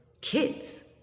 kids